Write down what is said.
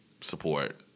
support